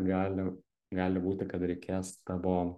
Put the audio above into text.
gali gali būti kad reikės tavo